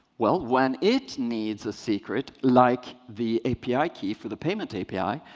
well, when it needs a secret, like the api key for the payment api,